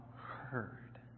heard